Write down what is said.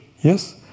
Yes